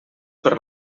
per